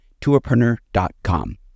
tourpreneur.com